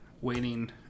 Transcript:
waiting